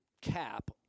cap